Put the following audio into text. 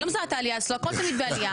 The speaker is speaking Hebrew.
אני לא מזהה את העלייה, אצלו הכול תמיד בעלייה.